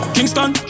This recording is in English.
Kingston